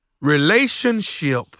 Relationship